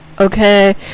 okay